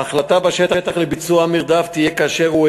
ההחלטה בשטח לביצוע מרדף תהיה כאשר הוא